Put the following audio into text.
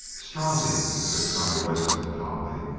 strozzi! said colonel royston calmly.